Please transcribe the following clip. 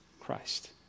Christ